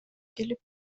келип